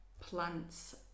plants